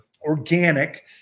organic